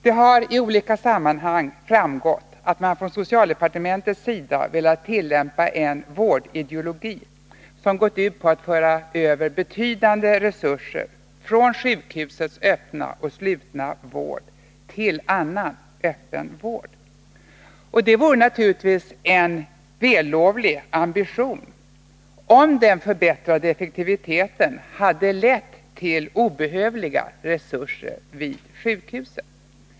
Det har i olika sammanhang framgått att man från socialdepartementets sida velat tillämpa en vårdideologi som gått ut på att föra över betydande resurser från sjukhusets slutna och öppna vård till annan öppen vård. Detta vore naturligtvis en vällovlig ambition, om den förbättrade effektiviteten hade lett till obehövliga resurser vid sjukhuset.